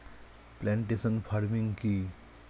Plantation farming কি?